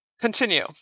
Continue